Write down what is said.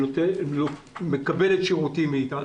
המדינה מקבלת שירותים מאיתנו.